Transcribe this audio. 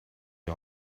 die